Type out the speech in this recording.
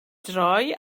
droi